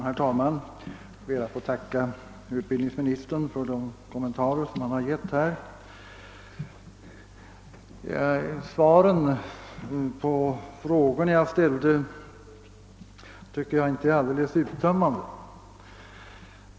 Herr talman! Jag ber att få tacka utbildningsministern för de kommentarer han nu gjort. Svaren på de frågor jag ställde är emellertid inte helt uttömmande.